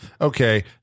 okay